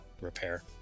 repair